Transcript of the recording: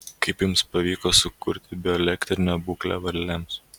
kaip jums pavyko sukurti bioelektrinę būklę varlėms